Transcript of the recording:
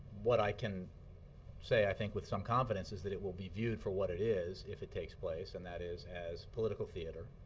what i can say, i think with some confidence, is that it will be viewed for what it is if it takes place, and that is as political theater,